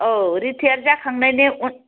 औ रिटायार जाखांनायनि उन